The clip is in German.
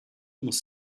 muss